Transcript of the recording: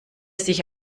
sich